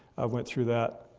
i've went through that.